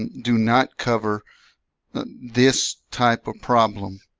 do not cover and this type of problem